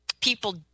people